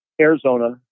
Arizona